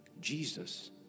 Jesus